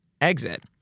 exit